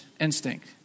instinct